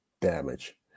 damage